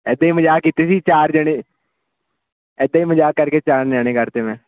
ਇੱਦਾਂ ਹੀ ਮਜ਼ਾਕ ਕੀਤੇ ਸੀ ਚਾਰ ਜਾਣੇ ਇੱਦਾਂ ਹੀ ਮਜ਼ਾਕ ਕਰਕੇ ਚਾਰ ਨਿਆਣੇ ਕਰਤੇ ਮੈਂ